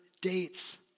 dates